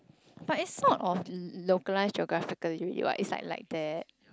but it's sort of localized geographically what it's like like that